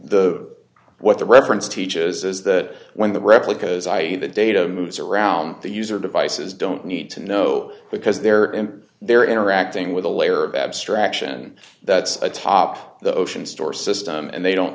the what the reference teaches is that when the replicas i e the data moves around the user devices don't need to know because they're in they're interacting with a layer of abstraction that's atop the ocean store system and they don't